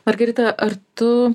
margarita ar tu